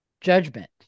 judgment